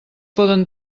poden